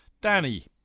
Danny